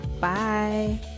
Bye